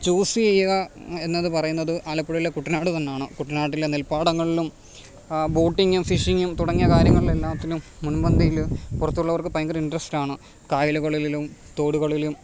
ചൂസ്സെയ്യുക എന്നത് പറയുന്നത് ആലപ്പുഴയിലെ കുട്ടനാട് തന്നാണ് കുട്ടനാട്ടിലെ നെൽപ്പാടങ്ങളും ബോട്ടിങ്ങും ഫിഷിങ്ങും തുടങ്ങിയ കാര്യങ്ങൾളെല്ലാത്തിനും മുൻപന്തിയില് പുറത്തുള്ളവർക്ക് ഭയങ്കരിൻട്രസ്റ്റാണ് കായലുകളിലിലും തോടുകളിലും